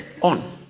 On